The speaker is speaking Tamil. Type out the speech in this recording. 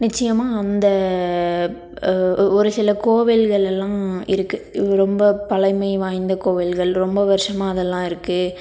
நிச்சயமாக அந்த ஒரு சில கோவில்களெல்லாம் இருக்குது இது ரொம்ப பழமை வாய்ந்த கோவில்கள் ரொம்ப வருஷமா அதெல்லாம் இருக்குது